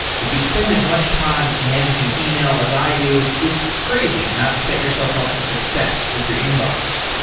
if you spend as much time managing email as i do, it's crazy not to set yourself up for success with your inbox.